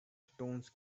stones